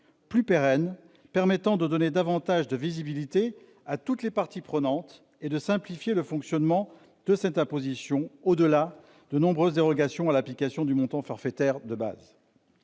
plus pérenne, permettant de donner davantage de visibilité à toutes les parties prenantes et de simplifier le fonctionnement de cette imposition, au-delà de nombreuses dérogations à l'application du montant forfaitaire de base.